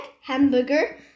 hamburger